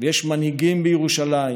ויש מנהיגים בירושלים,